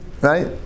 right